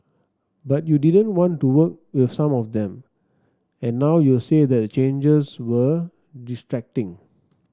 but you didn't want to work with some of them and now you've said that the changes were distracting